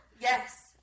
Yes